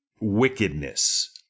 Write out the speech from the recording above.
wickedness